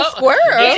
squirrel